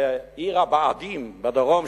ועיר הבה"דים בדרום,